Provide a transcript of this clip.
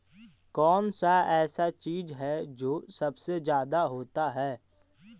कौन सा ऐसा चीज है जो सबसे ज्यादा होता है?